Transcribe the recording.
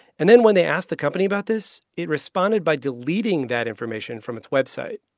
and then when they asked the company about this, it responded by deleting that information from its website.